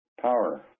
Power